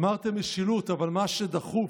אמרתם משילות, אבל מה שדחוף